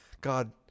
God